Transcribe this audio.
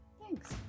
thanks